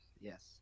yes